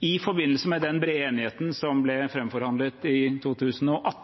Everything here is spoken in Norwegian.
I forbindelse med den brede enigheten som ble framforhandlet i 2018,